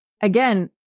again